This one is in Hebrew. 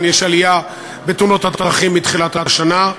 יש עלייה בתאונות הדרכים מתחילת השנה,